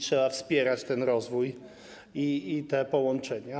Trzeba wspierać rozwój i te połączenia.